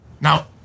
Now